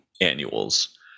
annuals